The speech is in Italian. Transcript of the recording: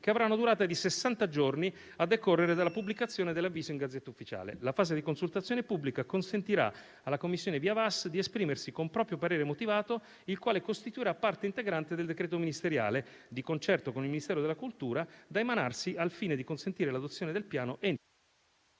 che avrà una durata di sessanta giorni a decorrere dalla pubblicazione dell'avviso in *Gazzetta Ufficiale*. La fase di consultazione pubblica consentirà alla commissione tecnica di verifica dell'impatto ambientale VIA e VAS di esprimersi con proprio parere motivato, il quale costituirà parte integrante del decreto ministeriale, di concerto con il Ministero della cultura, da emanarsi al fine di consentire l'adozione del Piano entro